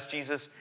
Jesus